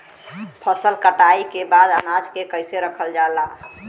फसल कटाई के बाद अनाज के कईसे रखल जाला?